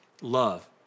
love